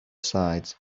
sides